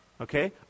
Okay